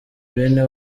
bene